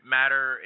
matter